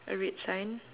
a red sign